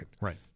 Right